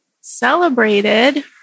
celebrated